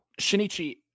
Shinichi